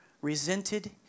resented